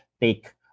take